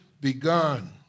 begun